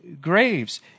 graves